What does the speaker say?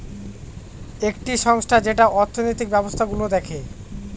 একটি সংস্থা যেটা অর্থনৈতিক ব্যবস্থা গুলো দেখে